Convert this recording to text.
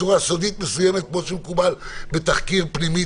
צורה סודית מסוימת כמו שמקובל בתחקיר פנימי,